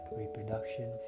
reproduction